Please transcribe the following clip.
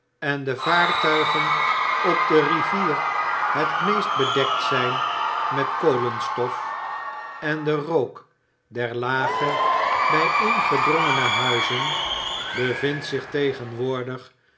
en de vaartuigen op de rivier het meest bedekt zijn met kolenstof en den rook der lage bijeengedrongene huizen bevindt zich tegenwoordig